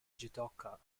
judoka